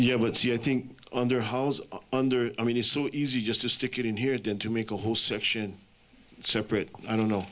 yeah but see i think under house under i mean it's so easy just to stick it in here and then to make a whole section separate i don't know